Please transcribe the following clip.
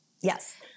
Yes